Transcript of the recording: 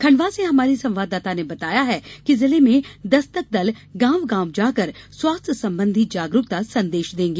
खंडवा से हमारे संवाददाता ने बताया है कि जिले में दस्तक दल गाँव गाँव जाकर स्वास्थ्य संबधी जागरूकता सदेंश देगा